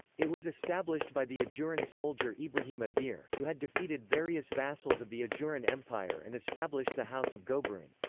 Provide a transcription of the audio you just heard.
it was established by the ajuran soldier ibrahim adeer, who had defeated various vassals of the ajuran empire and established the house of gobroon.